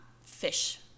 fish